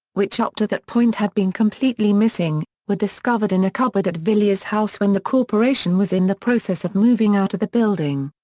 which up to that point had been completely missing, were discovered in a cupboard at villiers house when the corporation was in the process of moving out of the building.